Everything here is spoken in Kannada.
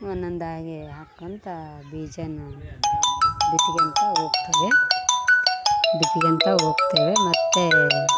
ಒನ್ನೊಂದಾಗಿ ಹಾಕೊತಾ ಬೀಜನ ಬಿತ್ಕೋತ ಹೋಗ್ತಾರೆ ಬಿತ್ಕೋತ ಹೋಗ್ತಾರೆ ಮತ್ತು